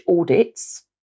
audits